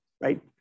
right